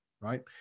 Right